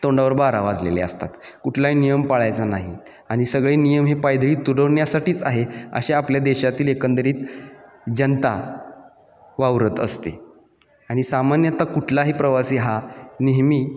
तोंडावर बार वाजलेले असतात कुठलाही नियम पाळायचा नाही आणि सगळे नियम हे पायदळी तुडवण्यासाठीच आहे अशा आपल्या देशातील एकंदरीत जनता वावरत असते आणि सामान्यत कुठलाही प्रवासी हा नेहमी